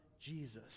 Jesus